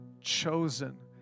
chosen